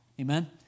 Amen